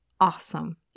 awesome